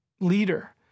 leader